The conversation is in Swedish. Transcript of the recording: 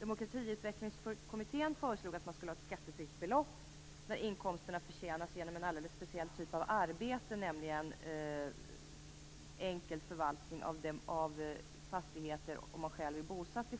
Demokratiutvecklingskommittén föreslog att man skulle ha ett skattefritt belopp när inkomsterna förtjänas genom en alldeles speciell typ av arbete, nämligen enkel förvaltning av den fastighet man själv är bosatt i.